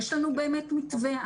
יש לנו באמת מתווה.